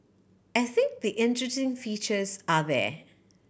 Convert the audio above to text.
I think the interesting features are there